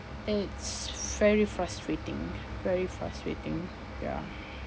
and it's very frustrating very frustrating ya